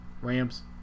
Rams